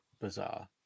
Bizarre